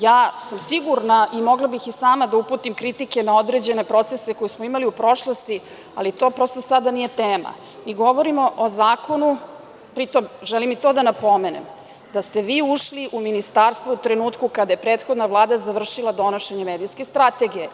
Ja sam sigurna i mogla bih i sama da uputim kritike na određene procese koje smo imali u prošlosti, ali to prosto sada nije tema i govorimo o zakonu, pri tome, želim i to da napomenem, da ste vi ušli u ministarstvo u trenutku kada je prethodna Vlada završila donošenje medijske strategije.